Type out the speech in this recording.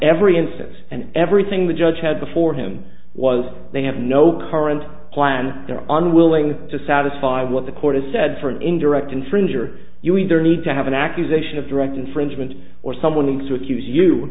every instance and everything the judge had before him was they have no current plan they're on willingly to satisfy what the court has said for an indirect infringer you either need to have an accusation of direct infringement or someone has to accuse you